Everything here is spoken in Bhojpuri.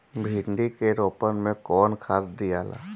भिंदी के रोपन मे कौन खाद दियाला?